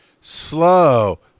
slow